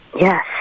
Yes